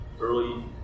early